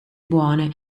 buone